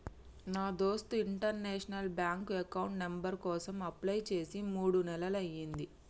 నా దోస్త్ international bank account number కోసం అప్లై చేసి మూడు నెలలయ్యింది